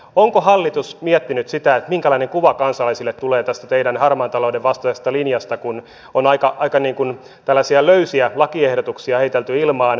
onko hallitus miettinyt sitä minkälainen kuva kansalaisille tulee tästä teidän harmaan talouden vastaisesta linjastanne kun on aika tällaisia löysiä lakiehdotuksia heitelty ilmaan